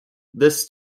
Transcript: this